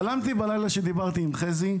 חלמתי בלילה שדיברתי עם חזי.